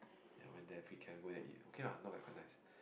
ya went there at pre camp go there and eat not bad okay lah quite nice